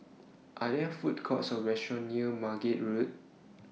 Are There Food Courts Or restaurants near Margate Road